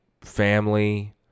family